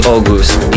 August